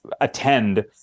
attend